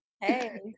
Hey